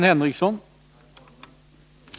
Herr talman!